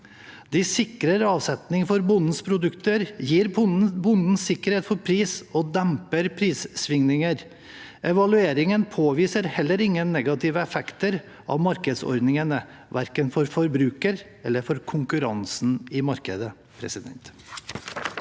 De sikrer avsetning for bondens produkter, gir bonden sikkerhet for pris og demper prissvingninger. Evalueringen påviser heller ingen negative effekter av markedsordningene, verken for forbruker eller for konkurransen i markedet.»